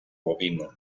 bovino